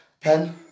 Pen